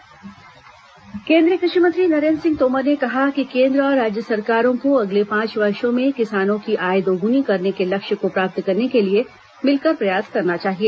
कृषि मंत्री सम्मेलन केंद्रीय कृषि मंत्री नरेन्द्र सिंह तोमर ने कहा कि केन्द्र और राज्य सरकारों को अगले पांच वर्षों में किसानों की आय दोगुनी करने के लक्ष्य को प्राप्त करने के लिए मिलकर प्रयास करना चाहिए